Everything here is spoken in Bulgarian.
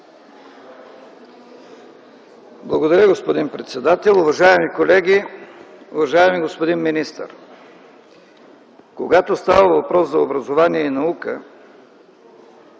Благодаря, господин председател. Уважаеми колеги, уважаеми господин министър! Когато става въпрос за образование и наука,